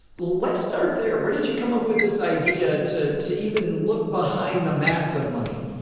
let's start there. where did you come up with this idea to to even look behind the mask of money?